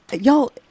Y'all